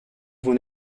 vous